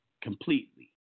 completely